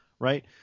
Right